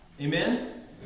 Amen